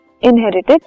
inherited